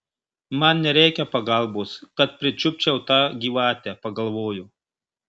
man nereikia pagalbos kad pričiupčiau tą gyvatę pagalvojo